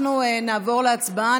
אנחנו נעבור להצבעה.